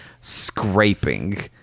scraping